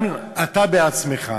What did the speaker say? גם אתה עצמך,